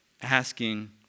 asking